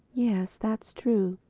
yes, that's true.